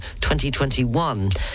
2021